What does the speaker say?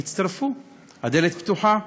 תצטרפו, הדלת פתוחה.